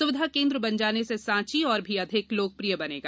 सुविधा केन्द्र बन जाने से साँची और भी अधिक लोकप्रिय बनेगा